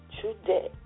today